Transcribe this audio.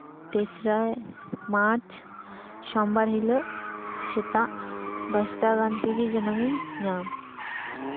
ᱛᱮᱥᱨᱟ March ᱥᱳᱢᱵᱟᱨ ᱦᱤᱞᱳᱜ ᱥᱮᱛᱟᱜ ᱫᱚᱥᱴᱟ ᱜᱟᱱ ᱛᱮᱜᱮ ᱡᱮᱱᱚᱜᱤᱧ ᱧᱟᱢ